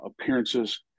appearances